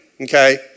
okay